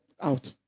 out